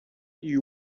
you